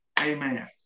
Amen